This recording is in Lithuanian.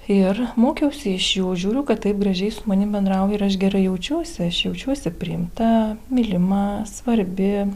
ir mokiausi iš jų žiūriu kad taip gražiai su manim bendrauja ir aš gerai jaučiuosi aš jaučiuosi priimta mylima svarbi